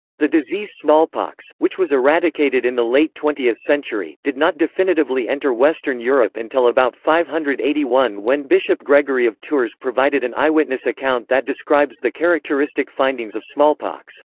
the disease smallpox, which was eradicated in the late twentieth century, did not definitively enter western europe until about five hundred and eighty one when bishop gregory of tours provided an eyewitness account that describes the characteristic findings of smallpox.